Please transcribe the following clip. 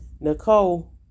Nicole